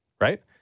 Right